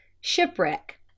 shipwreck